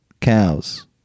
Cows